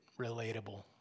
relatable